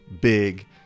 Big